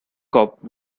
cop